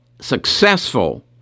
successful